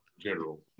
general